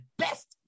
best